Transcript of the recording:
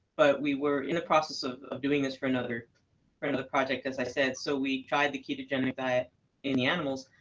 we were in the process of of doing this for another for another project, as i said. so we tried the ketogenic diet in the animals,